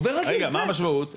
מה המשמעות?